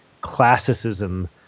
classicism